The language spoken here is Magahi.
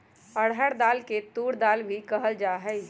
अरहर दाल के तूर दाल भी कहल जाहई